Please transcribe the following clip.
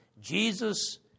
Jesus